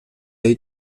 hay